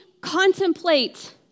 contemplate